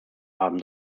haben